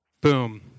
Boom